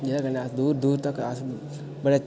जेह्दे कन्नै अस दूर दूर तगर अस बड़े